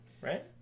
Right